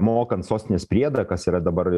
mokant sostinės priedą kas yra dabar